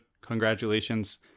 congratulations